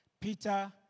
Peter